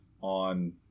on